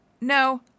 No